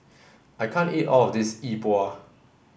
I can't eat all of this Yi Bua